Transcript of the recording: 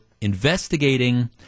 investigating